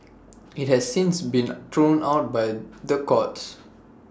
IT has since been thrown out by the courts